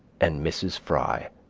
and mrs. fry.